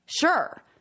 Sure